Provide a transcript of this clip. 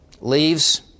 leaves